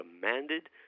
commanded